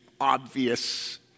obvious